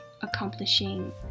accomplishing